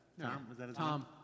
Tom